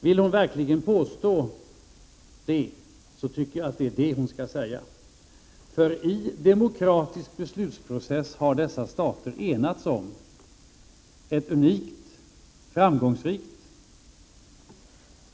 Vill hon verkligen påstå det tycker jag att hon också skall säga det. I en demokratisk beslutsprocess har dessa stater enats om ett unikt framgångsrikt